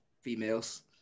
Females